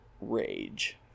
rage